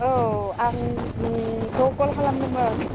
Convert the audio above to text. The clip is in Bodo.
औ आं नोंखौ कल खालामदोंमोन